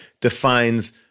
defines